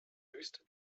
höchste